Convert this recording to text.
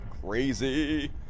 Crazy